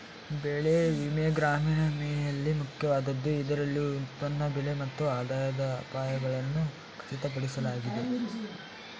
ಬೆಳೆ ವಿಮೆ ಗ್ರಾಮೀಣ ವಿಮೆಯಲ್ಲಿ ಮುಖ್ಯವಾದದ್ದು ಇದರಲ್ಲಿ ಉತ್ಪನ್ನ ಬೆಲೆ ಮತ್ತು ಆದಾಯದ ಅಪಾಯಗಳನ್ನು ಖಚಿತಪಡಿಸಲಾಗಿದೆ